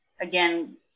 again